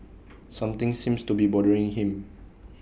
something seems to be bothering him